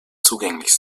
zugänglich